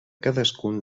cadascun